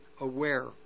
aware